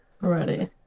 Ready